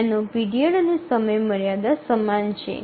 તેનો પીરિયડ અને સમયમર્યાદા સમાન છે